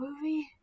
movie